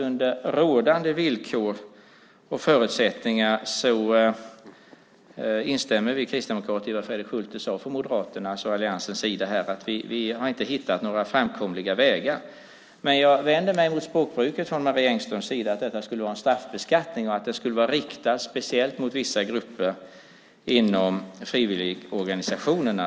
Under rådande villkor och förutsättningar instämmer vi kristdemokrater i vad Fredrik Schulte sade från Moderaternas och alliansens sida här att vi inte har hittat några framkomliga vägar. Jag vänder mig mot språkbruket från Marie Engströms sida att detta skulle vara en straffbeskattning och att det skulle vara riktat speciellt mot vissa grupper inom frivilligorganisationerna.